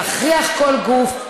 להכריח כל גוף,